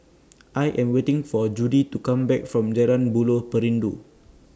I Am waiting For Judi to Come Back from Jalan Buloh Perindu